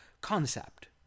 concept